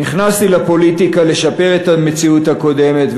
נכנסתי לפוליטיקה לשפר את המציאות הקודמת,